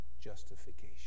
justification